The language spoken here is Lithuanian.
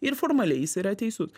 ir formaliai jis yra teisus